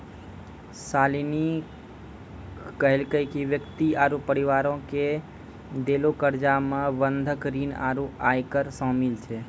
शालिनी कहलकै कि व्यक्ति आरु परिवारो के देलो कर्जा मे बंधक ऋण आरु आयकर शामिल छै